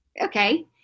Okay